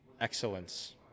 excellence